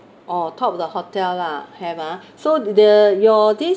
oh top of the hotel lah have ah so th~ the your this